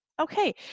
okay